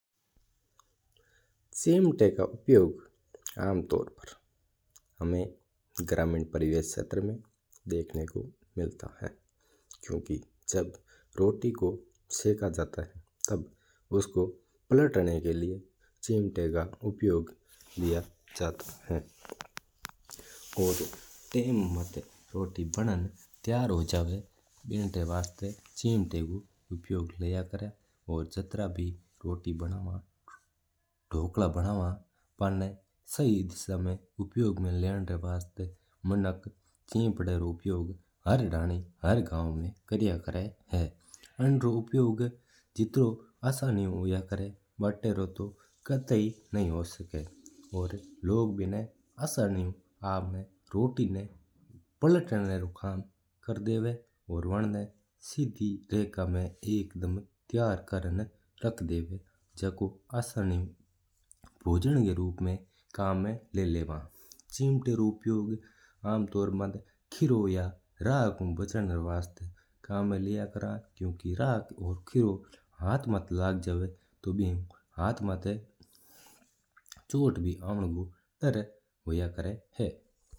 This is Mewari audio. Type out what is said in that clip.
चिमटा रो उपयोग हमा ग्रामीण क्षेत्र में देखणा को मिलता है। जब्ब रोटी को सका जाता है तब्ब उसको पलटना का लिया चिमटा का उपयोग लेता है। और टाइम मात रोटी बनन त्यार हू जवा जिन्न वास्ता चिमटा रो उपयोग हवा है। जत्रा भी रोटी बनावा हां धोकला बनावा हां बन्ना प्लाटण वास्ता आपा चिमटा रो उपयोग लेवा हां। मिनक चिमटा रो उपयोग ही धाणी और ह्रर गाव्व में क्रया करा है।